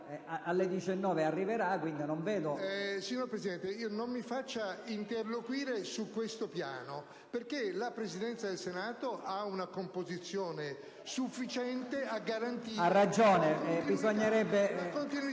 Signor Presidente, non mi faccia interloquire su questo piano, perché la Presidenza del Senato ha una composizione sufficiente a garantire la continuità